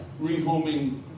rehoming